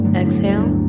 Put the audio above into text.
exhale